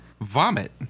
vomit